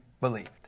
believed